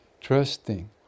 trusting